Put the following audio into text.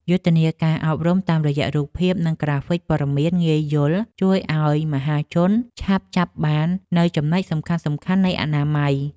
យុទ្ធនាការអប់រំតាមរយៈរូបភាព និងក្រាហ្វិកព័ត៌មានងាយយល់ជួយឱ្យមហាជនឆាប់ចាប់បាននូវចំណុចសំខាន់ៗនៃអនាម័យ។